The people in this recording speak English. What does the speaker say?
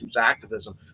activism